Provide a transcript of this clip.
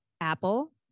Apple